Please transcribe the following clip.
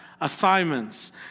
assignments